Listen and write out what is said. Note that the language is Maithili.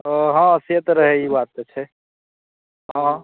ओ हँ से तऽ रहै ई बात तऽ छै हँ